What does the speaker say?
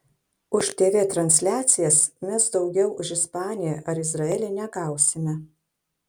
už tv transliacijas mes daugiau už ispaniją ar izraelį negausime